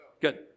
Good